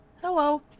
Hello